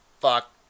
Fuck